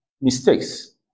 mistakes